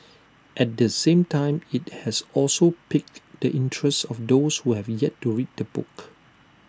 at the same time IT has also piqued the interest of those who have yet to read the book